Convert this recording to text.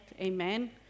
amen